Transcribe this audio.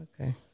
okay